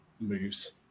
moves